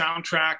soundtrack